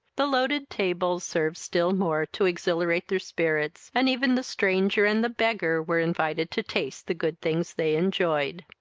the loaded tables served still more to exhilirate their spirits, and even the stranger and the beggar were invited to taste the good things they enjoyed.